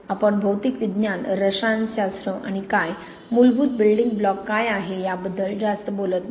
आपण भौतिक विज्ञान रसायनशास्त्र आणि काय मूलभूत बिल्डिंग ब्लॉक काय आहे याबद्दल जास्त बोलत नाही